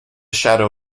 shadow